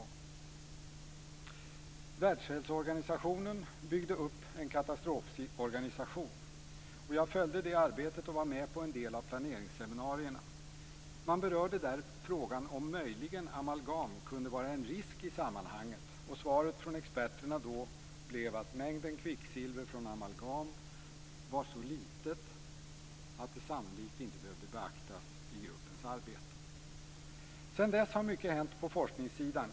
Världshälsoorganisationen byggde upp en katastroforganisation. Jag följde det arbetet och var med på en del av planeringsseminarierna. Man berörde där frågan om amalgam möjligen kunde vara en risk i sammanhanget. Svaret från experterna då var att mängden kvicksilver från amalgam var så liten att den sannolikt inte behövde beaktas i gruppens arbete. Sedan dess har mycket hänt på forskningssidan.